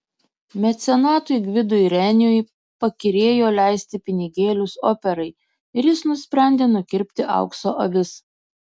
mecenatui gvidui reniui pakyrėjo leisti pinigėlius operai ir jis nusprendė nukirpti aukso avis